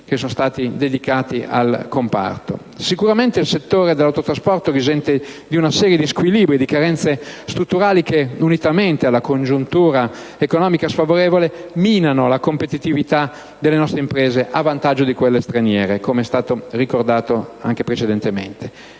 che sono stati dedicati al comparto. Sicuramente il settore dell'autotrasporto risente di una serie di squilibri e di carenze strutturali che, unitamente alla congiuntura economica sfavorevole, minano la competitività delle nostre imprese a vantaggio di quelle straniere, come è stato già ricordato. Il percorso